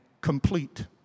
complete